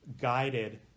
guided